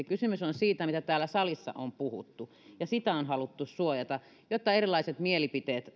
kysymys on siitä mitä täällä salissa on puhuttu ja sitä on haluttu suojata jotta erilaiset mielipiteet